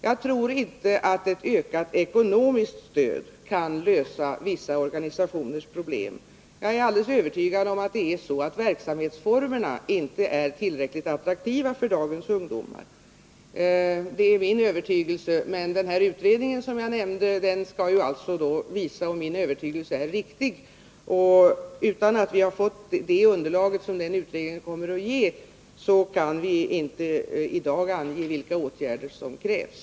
Jag tror inte att ett ökat ekonomiskt stöd kan lösa vissa organisationers problem. Min absoluta övertygelse är att verksamhetsformerna inte är tillräckligt attraktiva för dagens ungdomar. Den nämnda utredningen skall visa om denna min övertygelse är riktig. Utan att ha fått det underlag som den utredningen kommer att ge så kan vi i dag inte säga vilka åtgärder som krävs.